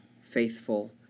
faithful